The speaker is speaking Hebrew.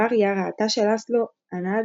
מריה ראתה שלאסלו ענד